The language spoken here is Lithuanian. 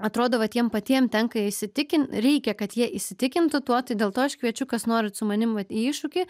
atrodo vat jiem patiem tenka įsitikin reikia kad jie įsitikintų tuo tai dėl to aš kviečiu kas norit su manim vat į iššūkį